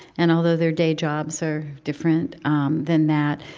and although their day jobs are different um than that,